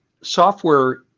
software